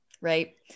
Right